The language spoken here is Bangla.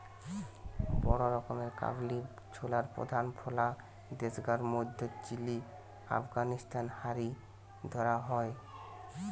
বড় রকমের কাবুলি ছোলার প্রধান ফলা দেশগার মধ্যে চিলি, আফগানিস্তান হারি ধরা হয়